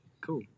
Cool